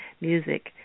music